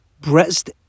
breast